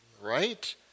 right